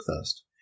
first